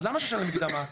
למה שישלם מקדמה?